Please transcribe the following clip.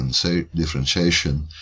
differentiation